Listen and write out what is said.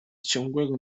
ciągłego